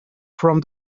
from